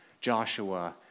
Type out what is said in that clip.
Joshua